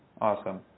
Awesome